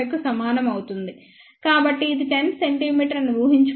75 కు సమానం అవుతుంది కాబట్టి ఇది 10 cm అని ఊహించుకుంటే 0